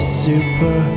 super